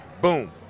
boom